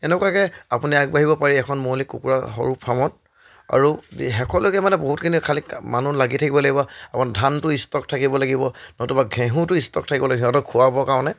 এনেকুৱাকৈ আপুনি আগবাঢ়িব পাৰি এখন মৌলিক কুকুৰা সৰু ফাৰ্মত আৰু শেষলৈকে মানে বহুতখিনি খালী মানুহ লাগি থাকিব লাগিব আপোনাৰ ধানটো ষ্টক থাকিব লাগিব নতুবা ঘেঁহুটো ষ্টক থাকিব লাগিব সিহঁতক খোৱাবৰ কাৰণে